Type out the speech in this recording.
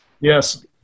Yes